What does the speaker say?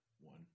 One